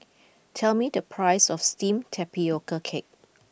tell me the price of Steamed Tapioca Cake